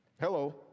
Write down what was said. Hello